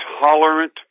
tolerant